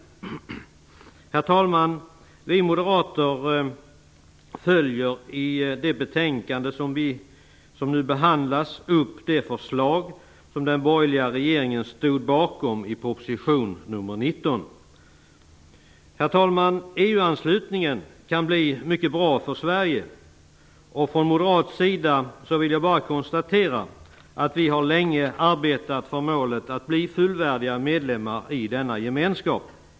Herr talman! I det betänkande som nu behandlas tar vi moderater upp det förslag som den borgerliga regeringen stod bakom i proposition nr 19. Herr talman! EU-anslutningen kan bli mycket bra för Sverige. Från moderat sida vill jag bara konstatera att vi länge har arbetat för målet att bli fullvärdiga medlemmar i denna gemenskap.